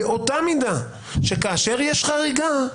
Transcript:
באותה מידה כאשר יש חריגה,